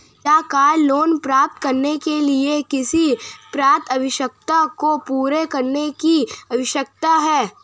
क्या car loan प्राप्त करने के लिए किसी पात्रता आवश्यकता को पूरा करने की आवश्यकता है?